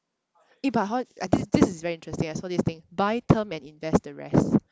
eh but hor I this this is very interesting I saw this thing buy term and invest the rest